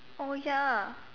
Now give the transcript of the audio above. oh ya